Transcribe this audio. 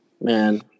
Man